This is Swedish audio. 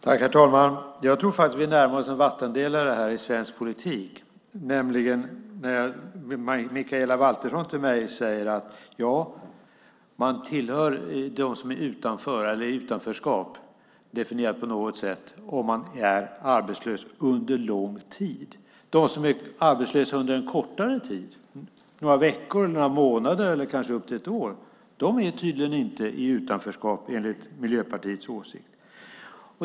Herr talman! Jag tror att vi här närmar oss en vattendelare i svensk politik. Mikaela Valtersson säger att man tillhör dem som är i utanförskap - definierat på något sätt - om man är arbetslös under lång tid. De som är arbetslösa under en kortare tid - några veckor, några månader eller kanske upp till ett år - är tydligen inte i utanförskap enligt Miljöpartiets åsikt.